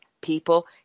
people